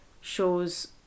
shows